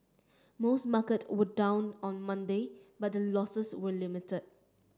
most market were down on Monday but the losses were limited